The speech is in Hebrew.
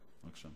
אדוני היושב-ראש,